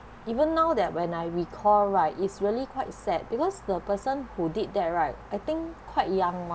even now that when I recall right is really quite sad because the person who did that right I think quite young